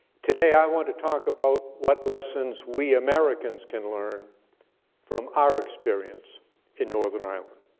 today i want to talk about what lessons we americans can learn from our experience in northern ireland.